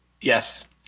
Yes